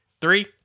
Three